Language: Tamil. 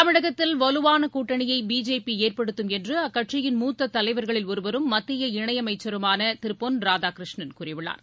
தமிழகத்தில் வலுவான கூட்டணியை பிஜேபி ஏற்படுத்தும் என்ற அக்கட்சியின் முத்த தலைவர்களில் ஒருவரும் மத்திய இணையமைச்சருமான திரு பொன் ராதாகிருஷ்ணன் கூறியுள்ளார்